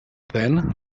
then